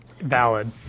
valid